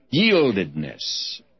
yieldedness